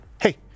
hey